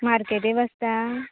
मार्केटी बसता